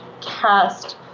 cast